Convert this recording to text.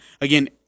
again